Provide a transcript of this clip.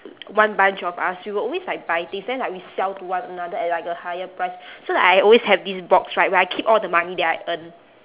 one bunch of us we will always like buy things then like we sell to one another at like a higher price so like I always have this box right where I keep all the money that I earn